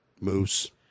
moose